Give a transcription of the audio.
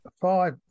five